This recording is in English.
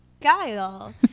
Kyle